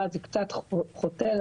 הוא יכול אפילו